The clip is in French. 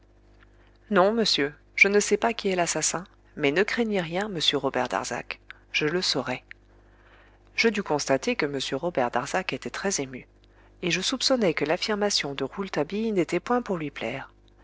non monsieur je ne sais pas qui est l'assassin mais ne craignez rien monsieur robert darzac je le saurai je dus constater que m robert darzac était très ému et je soupçonnai que l'affirmation de rouletabille n'était point pour lui plaire